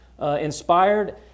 inspired